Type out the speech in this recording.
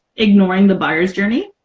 ignoring the buyer's journey.